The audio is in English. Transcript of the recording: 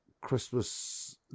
Christmas